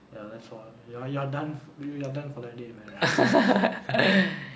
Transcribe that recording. ya that's all you're you're done you're done for that day man